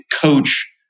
coach